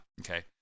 okay